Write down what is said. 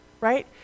right